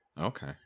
okay